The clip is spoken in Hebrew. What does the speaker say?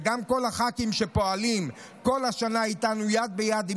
וגם לכל הח"כים שפועלים כל השנה יד ביד איתנו,